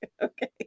okay